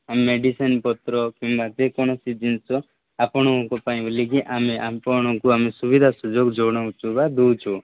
ଆମେ ମେଡ଼ିସିନ ପତ୍ର କିମ୍ବା ଯେକୌଣସି ଜିନିଷ ଆପଣଙ୍କ ପାଇଁ ବୋଲିକି ଆମେ ଆପଣଙ୍କୁ ଆମେ ସୁବିଧା ସୁଯୋଗ ଜଣାଉଛୁ ବା ଦେଉଛୁ